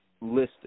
listed